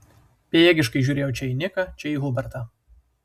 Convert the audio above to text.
bejėgiškai žiūrėjau čia į niką čia į hubertą